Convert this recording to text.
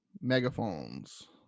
Megaphones